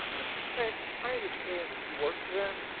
mr spence. i understand that you work for them.